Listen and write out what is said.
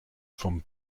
from